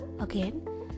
Again